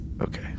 Okay